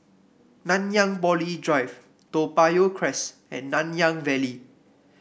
Nanyang Poly Drive Toa Payoh Crest and Nanyang Valley